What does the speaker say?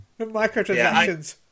Microtransactions